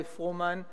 אורלי פרומן.